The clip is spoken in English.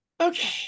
okay